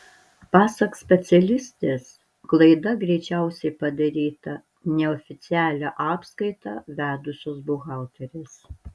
pasak specialistės klaida greičiausiai padaryta neoficialią apskaitą vedusios buhalterės